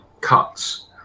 cuts